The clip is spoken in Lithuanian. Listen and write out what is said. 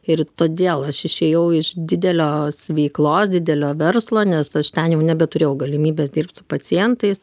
ir todėl aš išėjau iš didelio veiklos didelio verslo nes aš ten jau nebeturėjau galimybės dirbt su pacientais